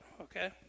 okay